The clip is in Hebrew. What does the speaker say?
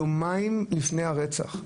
יומיים לפני הרצח,